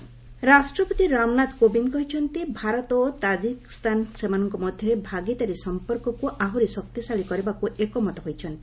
ପ୍ରେକ୍ visit Tajikistan ରାଷ୍ଟ୍ରପତି ରାମନାଥ କୋବିନ୍ଦ୍ କହିଛନ୍ତି ଭାରତ ଓ ତାଜିକିସ୍ତାନ ସେମାନଙ୍କ ମଧ୍ୟରେ ଭାଗିଦାରୀ ସମ୍ପର୍କକୁ ଆହୁରି ଶକ୍ତିଶାଳୀ କରିବାକୁ ଏକମତ ହୋଇଛନ୍ତି